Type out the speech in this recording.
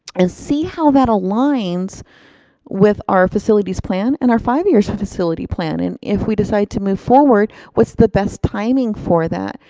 and see how that aligns with our facilities plan and our five year so facility plan. and if we decide to move forward what's the best timing for that,